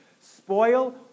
spoil